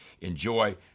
Enjoy